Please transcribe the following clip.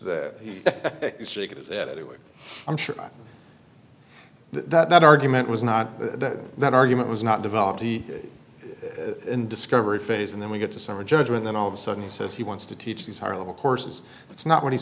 that he is shaking his head anyway i'm sure that argument was not that that argument was not developed the discovery phase and then we get to summary judgment then all of a sudden he says he wants to teach these higher level courses that's not what he